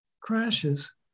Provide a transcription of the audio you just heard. crashes